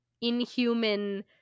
inhuman